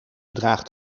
draagt